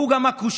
שהוא גם הקושאן